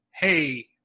hey